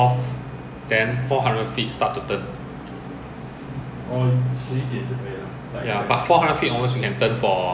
but wayang 还是要做 lah